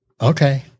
okay